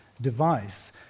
device